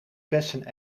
bessen